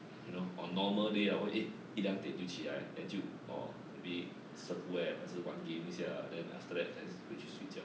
you know or normal day lah 我会 eh 一两点就起来 then 就 orh maybe served web 还是玩 game 一下 then after that 再回去睡觉